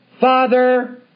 Father